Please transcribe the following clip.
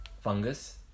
fungus